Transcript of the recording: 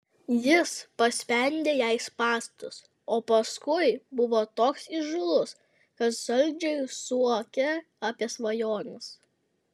jis paspendė jai spąstus o paskui buvo toks įžūlus kad saldžiai suokė apie svajones